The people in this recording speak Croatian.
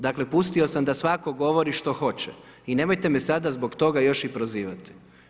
Dakle pustio sam da svako govori što hoće i nemojte me sada zbog toga još i prozivati.